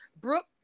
Brooke